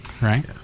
right